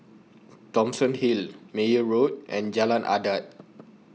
Thomson Hill Meyer Road and Jalan Adat